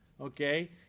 okay